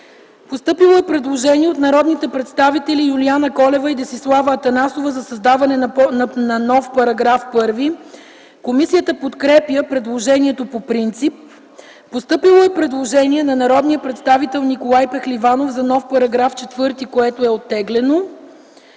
Постъпило е предложение от народните представители Юлиана Колева и Десислава Атанасова за създаване на нов § 1. Комисията подкрепя предложението по принцип. Постъпило е предложение на народния представител Николай Пехливанов за нов § 4, което е оттеглено.